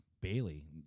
Bailey